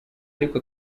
ariko